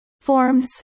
Forms